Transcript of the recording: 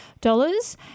dollars